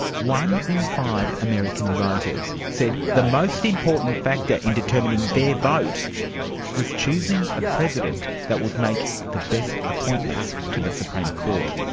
one in five american voters said the most important factor in determining their vote was choosing a president that would make the best appointments to the supreme court.